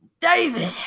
David